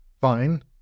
Fine